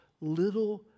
little